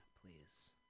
please